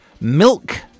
milk